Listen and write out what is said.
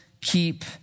keep